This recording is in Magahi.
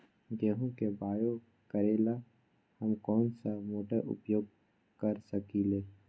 गेंहू के बाओ करेला हम कौन सा मोटर उपयोग कर सकींले?